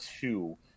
two